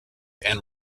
and